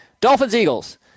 Dolphins-Eagles